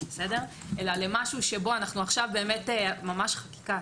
אלא למשהו שבו אנחנו עכשיו באמת ממש חקיקה,